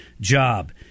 job